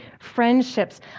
friendships